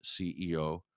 CEO